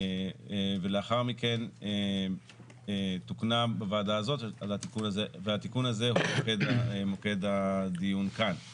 ולאחר מכן תוקנה בוועדה הזאת והתיקון הזה הוא מוקד הדיון כאן.